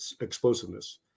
explosiveness